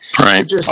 Right